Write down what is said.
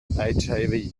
hiv